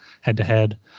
head-to-head